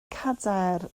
cadair